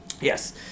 yes